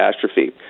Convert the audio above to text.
catastrophe